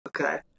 okay